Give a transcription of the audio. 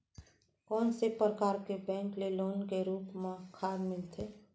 कोन से परकार के बैंक ले लोन के रूप मा खाद मिलथे?